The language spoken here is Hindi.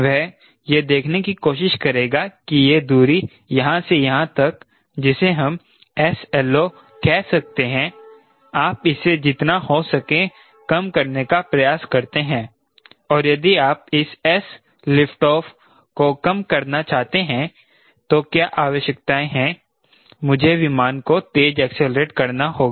वह यह देखने की कोशिश करेगा कि यह दूरी यहाँ से यहाँ तक जिसे हम 𝑠LO कह सकते हैं आप इसे जितना हो सके कम करने का प्रयास करते हैं और यदि आप इस s लिफ्ट ऑफ को कम करना चाहते हैं तो क्या आवश्यकताएं है मुझे विमान को तेज एक्सेलेरेट करना होगा